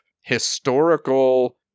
historical